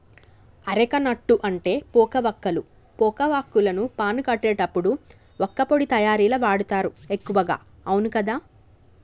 areca nut అంటే పోక వక్కలు, పోక వాక్కులను పాను కట్టేటప్పుడు వక్కపొడి తయారీల వాడుతారు ఎక్కువగా అవును కదా